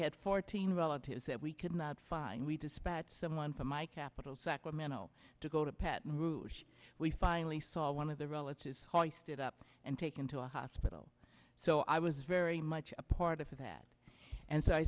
had fourteen relatives that we could not find we dispatched someone from my capital sacramento to go to patton rouge we finally saw one of the relatives hoisted up and taken to a hospital so i was very much a part of that and so i